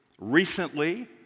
recently